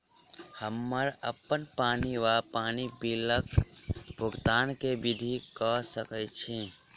हम्मर अप्पन पानि वा पानि बिलक भुगतान केँ विधि कऽ सकय छी?